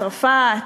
צרפת,